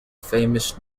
famous